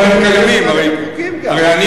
אבל הם קיימים, הרי.